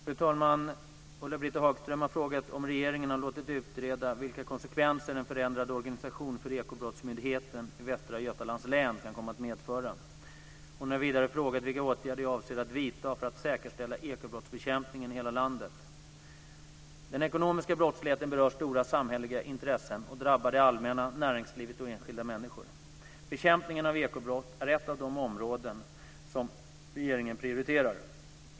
Fru talman! Ulla-Britt Hagström har frågat om regeringen har låtit utreda vilka konsekvenser en förändrad organisation för Ekobrottsmyndigheten i Västra Götalands län kan komma att medföra. Hon har vidare frågat vilka åtgärder jag avser att vidta för att säkerställa ekobrottsbekämpningen i hela landet. Den ekonomiska brottsligheten berör stora samhälleliga intressen och drabbar det allmänna, näringslivet och enskilda människor. Bekämpningen av ekobrott är ett av de områden som regeringen prioriterar.